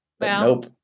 Nope